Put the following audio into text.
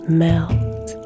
melt